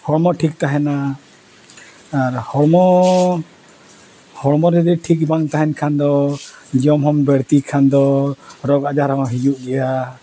ᱦᱚᱲᱢᱚ ᱴᱷᱤᱠ ᱛᱟᱦᱮᱱᱟ ᱟᱨ ᱦᱚᱲᱢᱚ ᱦᱚᱲᱢᱚ ᱡᱩᱫᱤ ᱴᱷᱤᱠ ᱵᱟᱝ ᱛᱟᱦᱮᱱ ᱠᱷᱟᱱ ᱫᱚ ᱡᱚᱢ ᱦᱚᱢ ᱵᱟᱹᱲᱛᱤᱭ ᱠᱷᱟᱱ ᱫᱚ ᱨᱳᱜᱽᱼᱟᱡᱟᱨ ᱢᱟ ᱦᱤᱡᱩᱜ ᱜᱮᱭᱟ